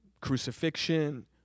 crucifixion